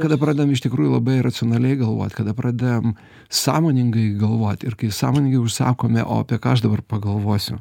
kada pradedam iš tikrųjų labai racionaliai galvot kada pradedam sąmoningai galvot ir kai sąmoningai užsakome o apie ką aš dabar pagalvosiu